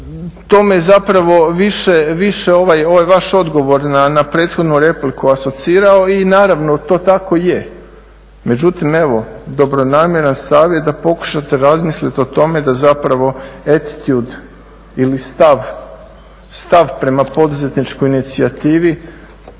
To me zapravo više ovaj vaš odgovor na prethodnu repliku asocirao i naravno to tako i je. Međutim, evo dobronamjeran savjet da pokušate razmisliti o tome da zapravo attitude ili stav, stav prema poduzetničkoj inicijativi